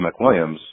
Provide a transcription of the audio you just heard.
McWilliams